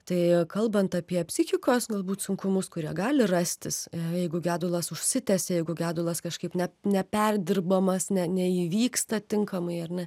tai kalbant apie psichikos galbūt sunkumus kurie gali rastis jeigu gedulas užsitęsia jeigu gedulas kažkaip ne neperdirbamas ne neįvyksta tinkamai ar ne